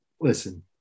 listen